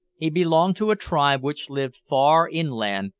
he belonged to a tribe which lived far inland,